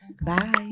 Bye